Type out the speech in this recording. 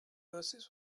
verses